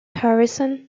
harrison